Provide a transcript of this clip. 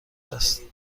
است